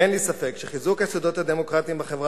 אין לי ספק שחיזוק היסודות הדמוקרטיים בחברה